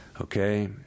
Okay